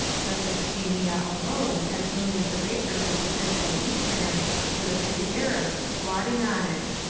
mesopotamia alone has millions of acres of potential wheat land with a few arabs squatting on it.